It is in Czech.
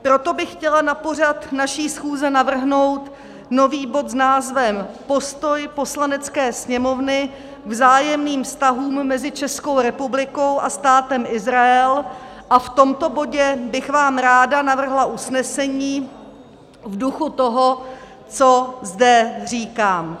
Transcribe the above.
Proto bych chtěla na pořad naší schůze navrhnout nový bod s názvem Postoj Poslanecké sněmovny k vzájemným vztahům mezi Českou republikou a Státem Izrael a v tomto bodě bych vám ráda navrhla usnesení v duchu toho, co zde říkám.